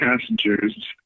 passengers